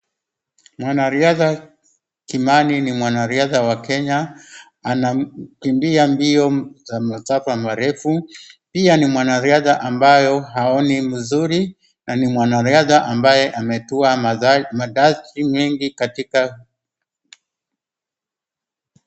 Mwanariadha Kimani ni mwanariadha wa Kenya. Anakimbia mbio za masafa marefu. Pia ni mwanariadha ambaye haoni mzuri. Na ni mwanariadha ambaye ametua madadi-madari mengi katika...